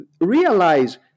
realize